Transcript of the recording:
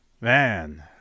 Man